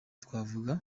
twavuga